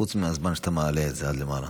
חוץ מהזמן שאתה מעלה את זה עד למעלה.